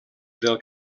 del